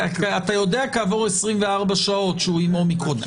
אתה יודע כעבור 24 שעות שהוא עם אומיקרון.